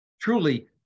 Truly